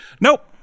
Nope